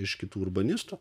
iš kitų urbanistų